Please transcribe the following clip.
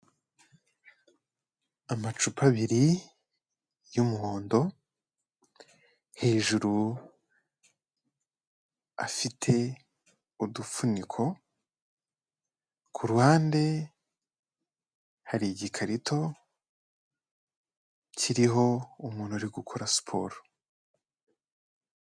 Amacupa abiri y'umuhondo hejuru afite udufuniko, ku ruhande hari igikarito kiriho umuntu uri gukora siporo.